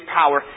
power